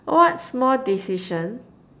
what small decision